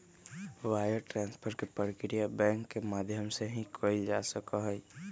wire transfer के प्रक्रिया bank के माध्यम से ही कइल जा सका हई